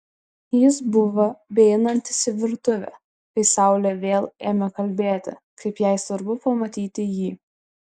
jis buvo beeinantis į virtuvę kai saulė vėl ėmė kalbėti kaip jai svarbu pamatyti jį